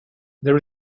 there